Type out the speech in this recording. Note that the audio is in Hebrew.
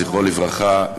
זכרו לברכה,